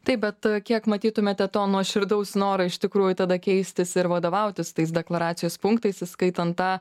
taip bet kiek matytumėte to nuoširdaus noro iš tikrųjų tada keistis ir vadovautis tais deklaracijos punktais įskaitant tą